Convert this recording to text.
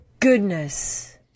Goodness